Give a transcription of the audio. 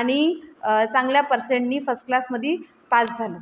आणि चांगल्या पर्सेंटनी फस्ट क्लासमध्ये पास झालं